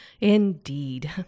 Indeed